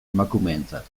emakumeentzat